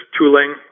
tooling